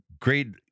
Great